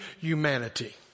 humanity